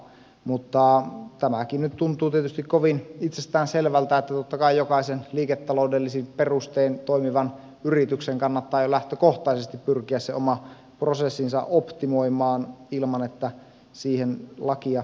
mutta tämäkin nyt tuntuu tietysti kovin itsestään selvältä että totta kai jokaisen liiketaloudellisin perustein toimivan yrityksen kannattaa jo lähtökohtaisesti pyrkiä se oma prosessinsa optimoimaan ilman että siihen lakia tarvitsee säätää